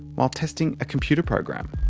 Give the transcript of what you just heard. while testing a computer program.